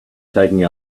taking